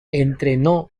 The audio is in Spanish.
entrenó